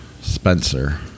Spencer